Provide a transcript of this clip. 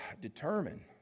determine